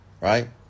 Right